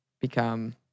become